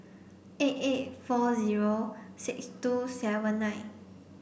eight eight four zero six two seven nine